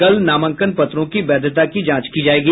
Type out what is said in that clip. कल नामांकन पत्रों की वैधता की जांच की जायेगी